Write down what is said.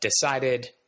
decided